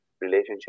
Relationship